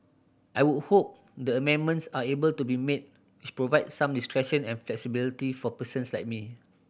I would hope the amendments are able to be made which provide some discretion and flexibility for persons like me